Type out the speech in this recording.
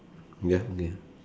ya ya